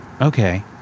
Okay